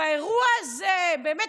באירוע הזה באמת,